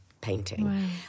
painting